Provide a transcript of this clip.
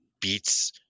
beats